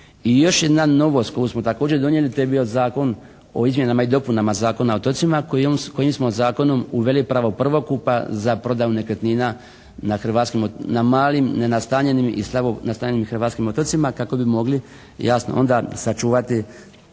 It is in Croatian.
I još jedna novost koju smo također donijeli, to je bio Zakon o izmjenama i dopunama Zakona o otocima kojim smo zakonom uveli pravo prvokupa za prodaju nekretnina na hrvatskim, na malim nenastanjenim i slabo nastanjenim hrvatskim otocima kako bi mogli jasno onda sačuvati